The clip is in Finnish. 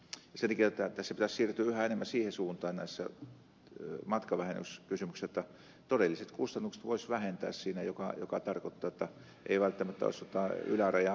sen takia tässä pitäisi siirtyä yhä enemmän siihen suuntaan näissä matkavähennyskysymyksissä että todelliset kustannukset voisi vähentää mikä tarkoittaa että ei välttämättä olisi jotain ylärajaa ollenkaan